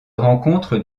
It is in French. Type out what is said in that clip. rencontre